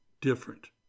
different